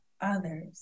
others